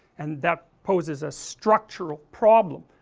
and that poses a structural problem.